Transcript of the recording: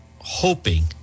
hoping